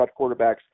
quarterbacks